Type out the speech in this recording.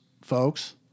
folks